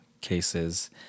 cases